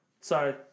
Sorry